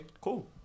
cool